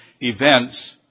events